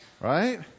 right